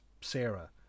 Sarah